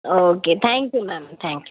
okay thank you ma'am thank you